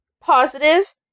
positive